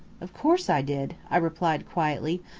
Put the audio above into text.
of course i did, i replied quietly,